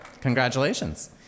Congratulations